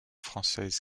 française